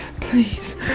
please